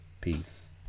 Peace